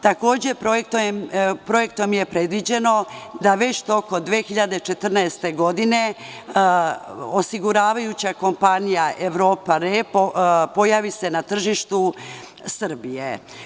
Takođe, projektom je predviđeno da već tokom 2014. godine osiguravajuća kompanija „Evropa RE“ pojavi se na tržištu Srbije.